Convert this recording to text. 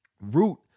root